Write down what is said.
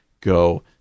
go